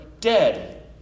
dead